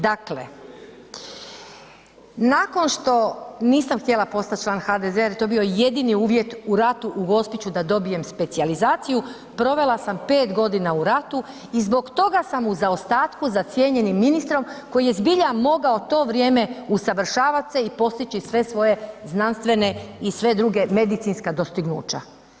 Dakle, nakon što nisam htjela postati član HDZ-a jer je to bio jedini uvjet u ratu u Gospiću da dobijem specijalizaciju, provela sam 5 godina u ratu i zbog toga sam u zaostatku za cijenjenim ministrom koji je zbilja mogao to vrijeme usavršavati se i postići sve svoje znanstvene i sve druge, medicinska dostignuća.